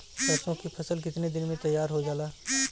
सरसों की फसल कितने दिन में तैयार हो जाला?